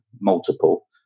multiple